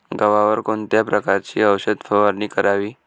गव्हावर कोणत्या प्रकारची औषध फवारणी करावी?